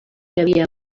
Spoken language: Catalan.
havia